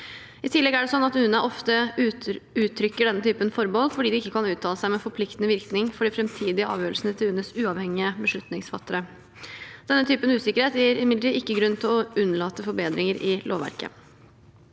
I tillegg er det slik at UNE ofte uttrykker denne typen forbehold fordi de ikke kan uttale seg med forpliktende virkning for de framtidige avgjørelsene til UNEs uavhengige beslutningsfattere. Denne typen usikkerhet gir imidlertid ikke grunn til å unnlate forbedringer i lovverket.